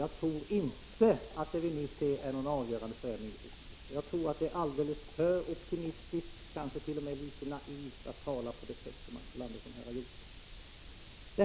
Jag tror inte att det vi nu ser kommer att innebära en avgörande förändring i Turkiet. Jag tror att det är för optimistiskt, kanske t.o.m. litet naivt, att tala på det sätt som Axel Andersson gjorde.